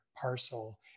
parcel